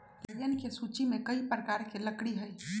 लकड़ियन के सूची में कई प्रकार के लकड़ी हई